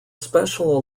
special